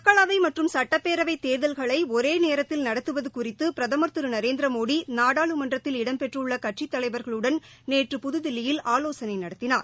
மக்களவை மற்றும் சுட்டப்பேரவை தேர்தல்களை ஒரே நேரத்தில் நடத்துவது குறித்து பிரதமர் திரு நரேந்திர மோடி நாடாளுமன்றத்தில் இடம் பெற்றுள்ள கட்சி தலைவர்களுடன் நேற்று புதுதில்லியில் ஆவோசனை நடத்தினார்